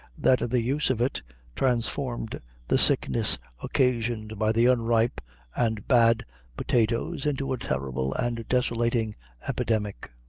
that the use of it transformed the sickness occasioned by the unripe and bad potatoes into a terrible and desolating epidemic.